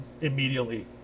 immediately